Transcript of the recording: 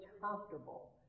comfortable